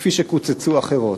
כפי שקוצצו אחרות?